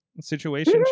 situation